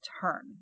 turn